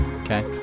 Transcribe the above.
okay